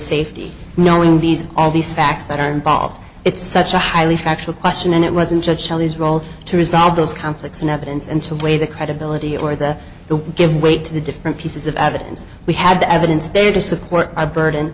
safety knowing these all these facts that are involved it's such a highly factual question and it wasn't just shelley's role to resolve those conflicts in evidence and to weigh the credibility or the give weight to the different pieces of evidence we had the evidence there to support a burden